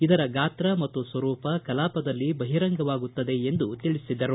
ಇದರ ಗಾತ್ರ ಮತ್ತು ಸ್ವರೂಪ ಕಲಾಪದಲ್ಲಿ ಬಹಿರಂಗವಾಗುತ್ತದೆ ಎಂದು ತಿಳಿಸಿದರು